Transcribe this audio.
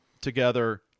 together